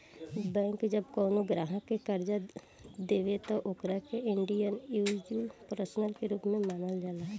bank जब कवनो ग्राहक के कर्जा देले त ओकरा के इंडिविजुअल पर्सन के रूप में मानल जाला